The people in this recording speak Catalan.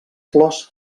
flors